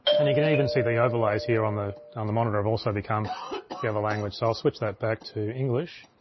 and you can even see the overlays here on the on the monitor have also become the other language. so i'll switch that back to english.